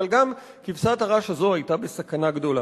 אבל גם כבשת הרש הזו היתה בסכנה גדולה.